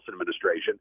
administration